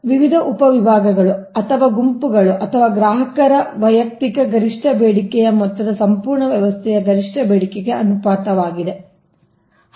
ಆದ್ದರಿಂದ ಇದು ವಿವಿಧ ಉಪ ವಿಭಾಗಗಳು ಅಥವಾ ಗುಂಪುಗಳು ಅಥವಾ ಗ್ರಾಹಕರ ವೈಯಕ್ತಿಕ ಗರಿಷ್ಠ ಬೇಡಿಕೆಯ ಮೊತ್ತದ ಸಂಪೂರ್ಣ ವ್ಯವಸ್ಥೆಯ ಗರಿಷ್ಠ ಬೇಡಿಕೆಗೆ ಅನುಪಾತವಾಗಿದೆ